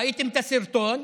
ראיתם את הסרטון.